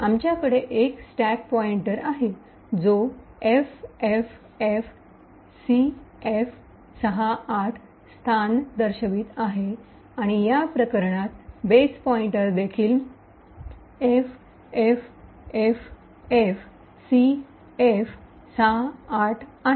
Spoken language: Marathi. आमच्याकडे एक स्टॅक पॉईंटर आहे जो ffffcf68 स्थान दर्शवित आहे आणि या प्रकरणात बेस पॉईंटर देखील ffffcf68 आहे